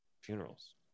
funerals